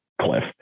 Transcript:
cliff